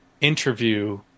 interview